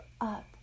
up